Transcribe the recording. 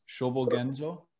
Shobogenzo